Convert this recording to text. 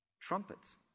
trumpets